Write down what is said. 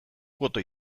kuota